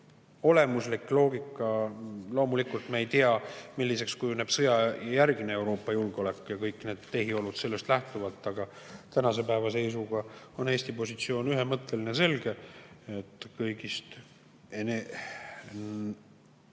olemuslik loogika ... Loomulikult me ei tea, milliseks kujuneb sõjajärgne Euroopa julgeolek ja kõik need tehiolud sellest lähtuvalt, aga tänase päeva seisuga on Eesti positsioon ühemõtteline ja selge, et kõigist